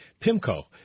PIMCO